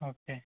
okay